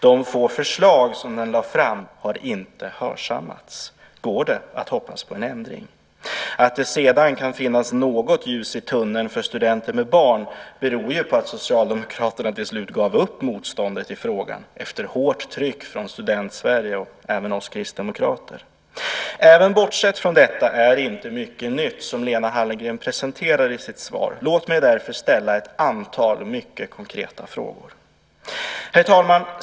De få förslag som utredningen lade fram har inte hörsammats. Går det att hoppas på en ändring? Att det sedan kan finnas något ljus i tunneln för studenter med barn beror ju på att Socialdemokraterna till sist gav upp motståndet i frågan efter hårt tryck från Student-Sverige och även från oss kristdemokrater. Bortsett från detta är det inte mycket nytt som Lena Hallengren presenterar i sitt svar. Låt mig därför ställa ett antal mycket konkreta frågor. Herr talman!